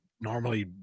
normally